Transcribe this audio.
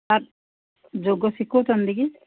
sir ଯୋଗ ଶିଖଉଛନ୍ତି କି